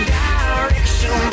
direction